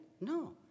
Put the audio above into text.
No